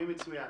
בבקשה.